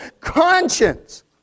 conscience